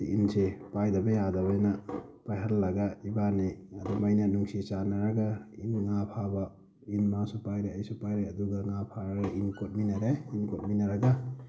ꯁꯤ ꯏꯟꯁꯦ ꯄꯥꯏꯗꯕ ꯌꯥꯗꯕꯅꯤꯅ ꯄꯥꯏꯍꯜꯂꯒ ꯏꯕꯥꯅꯤ ꯑꯗꯨꯃꯥꯏꯅ ꯅꯨꯡꯁꯤ ꯆꯥꯟꯅꯔꯒ ꯏꯟ ꯉꯥ ꯐꯥꯕ ꯏꯟ ꯃꯥꯁꯨ ꯄꯥꯏꯔꯦ ꯑꯩꯁꯨ ꯄꯥꯏꯔꯦ ꯑꯗꯨꯒ ꯉꯥ ꯐꯥꯔꯦ ꯏꯟ ꯀꯣꯠꯃꯤꯟꯅꯔꯦ ꯏꯟ ꯀꯣꯠꯃꯤꯟꯅꯔꯒ